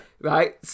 right